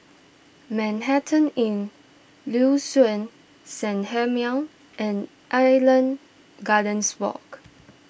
Manhattan Inn Liuxun Sanhemiao and Island Gardens Walk